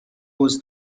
was